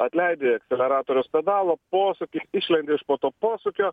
atleidi akceleratoriaus pedalo posūkį išlendi iš po to posūkio